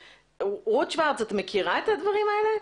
רות שוורץ, את מכירה את הדברים האלה?